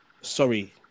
sorry